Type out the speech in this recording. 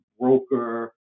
broker